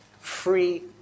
free